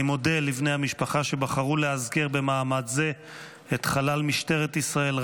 אני מודה לבני המשפחה שבחרו לאזכר במעמד זה את חלל משטרת ישראל,